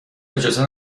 اجازه